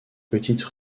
petites